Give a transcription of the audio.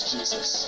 Jesus